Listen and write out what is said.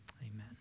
amen